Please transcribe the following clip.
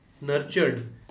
nurtured